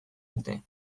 dute